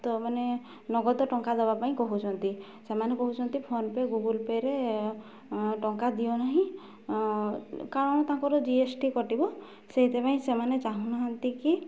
ତ ମାନେ ନଗଦ ଟଙ୍କା ଦେବା ପାଇଁ କହୁଛନ୍ତି ସେମାନେ କହୁଛନ୍ତି ଫୋନପେ ଗୁଗୁଲ୍ ପେରେ ଟଙ୍କା ଦିଅନାହିଁ କାରଣ ତାଙ୍କର ଜି ଏସ୍ ଟି କଟିବ ସେଇଥିପାଇଁ ସେମାନେ ଚାହୁଁନାହାନ୍ତି କି